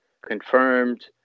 confirmed